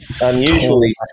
Unusually